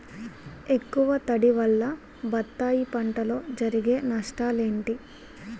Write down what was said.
ఎక్కువ తడి వల్ల బత్తాయి పంటలో జరిగే నష్టాలేంటి?